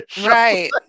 right